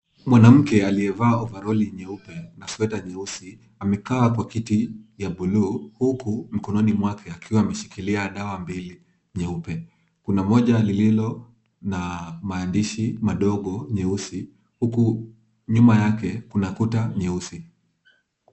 Mwanamke aliyevaa ovaroli nyeupe na sweta nyeusi amekaa kwa kiti ya buluu huku mikononi mwake akiwa ameshikilia dawa mbili nyeupe. Kuna moja lililo na maandishi madogo meusi huku nyuma yake kuna kuta nyeusi.